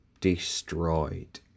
destroyed